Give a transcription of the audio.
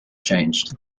changed